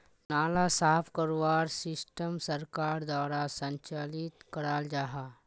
नाला साफ करवार सिस्टम सरकार द्वारा संचालित कराल जहा?